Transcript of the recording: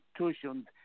institutions